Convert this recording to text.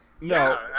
No